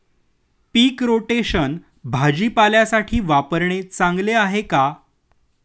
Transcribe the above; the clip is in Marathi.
पीक रोटेशन भाजीपाल्यासाठी वापरणे चांगले आहे का?